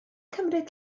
cymryd